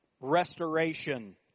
restoration